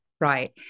Right